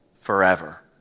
forever